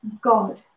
God